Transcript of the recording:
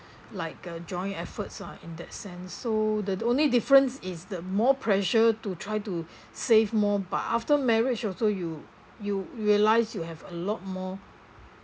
like a joint efforts lah in that sense so the only difference is the more pressure to try to save more but after marriage also you you realise you have a lot more